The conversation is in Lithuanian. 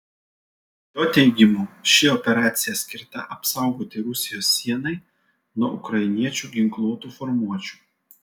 jo teigimu ši operacija skirta apsaugoti rusijos sienai nuo ukrainiečių ginkluotų formuočių